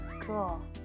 Cool